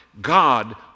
God